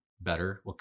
better